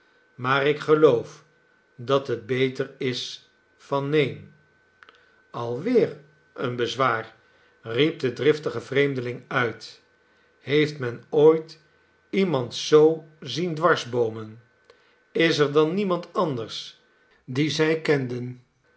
maar ik geloof dat het beter is van neen alweder een bezwaar riep de driftige vreemdeling uit heeft men ooit iemand zoo zien dwarsboomen is er dan niemand anders dien zij kenden